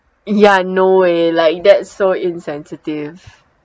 ya no way like that's so insensitive